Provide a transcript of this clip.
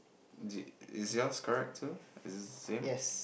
is yours correct too is it same